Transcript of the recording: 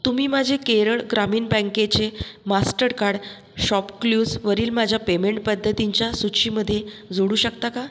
तुम्ही माझे केरळ ग्रामीण बँकेचे मास्टर्डकार्ड शॉपक्लूजवरील माझ्या पेमेंट पद्धतींच्या सूचीमध्ये जोडू शकता का